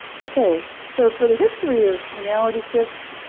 okay so for the history of reality shifts,